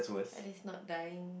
at least not dying